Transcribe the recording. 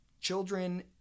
Children